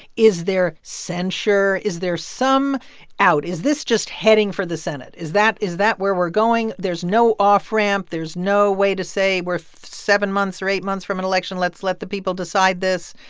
is there censure? is there some out? is this just heading for the senate? is that is that where we're going? there's no off-ramp. there's no way to say we're seven months or eight months from an election, let's let the people decide this.